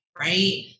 right